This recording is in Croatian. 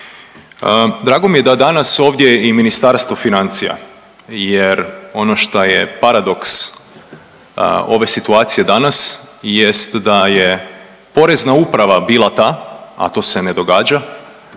Drago mi je da je danas ovdje i Ministarstvo financija jer ono šta je paradoks ove situacije danas jest da je Porezna uprava bila ta, a to se ne događa